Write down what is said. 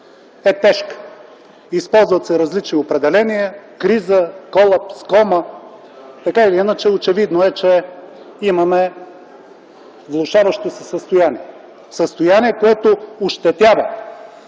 е тежка. Използват се различни определения – криза, колапс, кома. Така или иначе, очевидно е, че имаме влошаващо се състояние, състояние, което ощетява